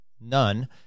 none